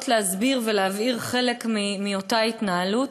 להסביר ולהבהיר חלק מאותה התנהלות.